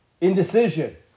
Indecision